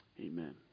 amen